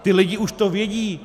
Ty lidi už to vědí.